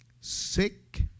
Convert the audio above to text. sick